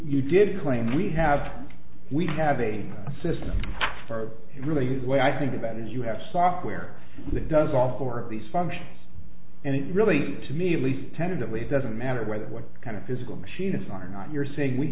you did claim we have we have a system for really what i think about is you have software that does all four of these functions and it's really to me at least tentatively it doesn't matter whether what kind of physical machine is on or not you're saying we